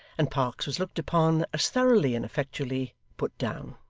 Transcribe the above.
and parkes was looked upon as thoroughly and effectually put down.